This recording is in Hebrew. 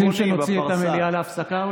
אולי אתם רוצים שנוציא את המליאה להפסקה,